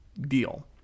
deal